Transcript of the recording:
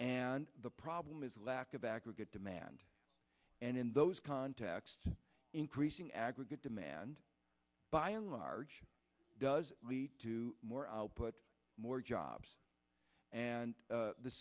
and the problem is lack of aggregate demand and in those contexts increasing aggregate demand by a large does lead to more output more jobs and